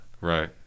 Right